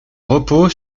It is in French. reposent